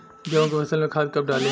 गेहूं के फसल में खाद कब डाली?